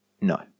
No